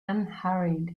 unhurried